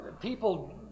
People